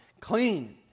clean